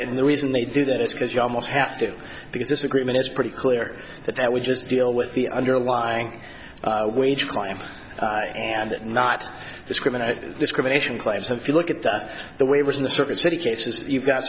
and the reason they do that is because you almost have to because this agreement is pretty clear that that would just deal with the underlying wage client and not discriminate discrimination claims if you look at that the way it was in the circuit city cases you got